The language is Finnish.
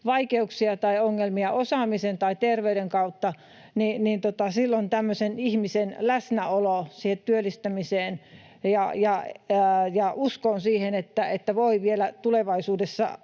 vaikeuksia tai ongelmia osaamisen tai terveyden kautta, niin silloin tämmöisen ihmisen läsnäolo siihen työllistymiseen ja usko siihen, että voi vielä tulevaisuudessa